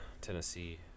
Tennessee